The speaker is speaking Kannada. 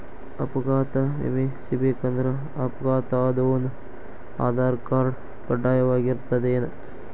ಅಪಘಾತ್ ವಿಮೆ ಸಿಗ್ಬೇಕಂದ್ರ ಅಪ್ಘಾತಾದೊನ್ ಆಧಾರ್ರ್ಕಾರ್ಡ್ ಕಡ್ಡಾಯಿರ್ತದೇನ್?